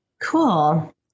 cool